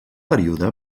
període